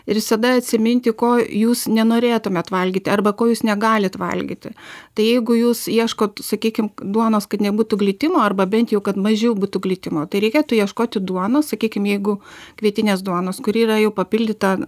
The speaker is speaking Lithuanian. ir visada atsiminti ko jūs nenorėtumėt valgyti arba ko jūs negalit valgyti tai jeigu jūs ieškot sakykim duonos kad nebūtų glitimo arba bent jau kad mažiau būtų glitimo tai reikėtų ieškoti duonos sakykim jeigu kvietinės duonos kuri yra jau papildyta